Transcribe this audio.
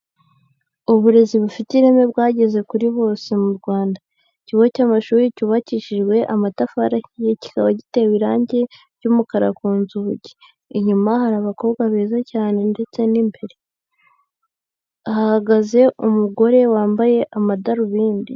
Uburezi bufite ireme bwageze kuri bose mu Rwanda, ikigo cy'amashuri cyubakishijwe amatafari ahiye kikaba giterawe irange ry'umukara ku nzugi, inyuma hari abakobwa beza cyane ndetse n'imbere hahagaze umugore wambaye amadarubindi.